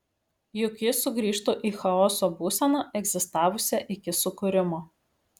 juk ji sugrįžtų į chaoso būseną egzistavusią iki sukūrimo